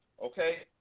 okay